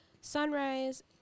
Sunrise